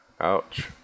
Ouch